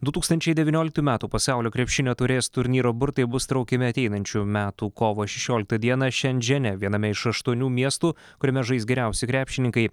du tūkstančiai devynioliktų metų pasaulio krepšinio taurės turnyro burtai bus traukiami ateinančių metų kovo šešioliktą dieną šendžene viename iš aštuonių miestų kuriame žais geriausi krepšininkai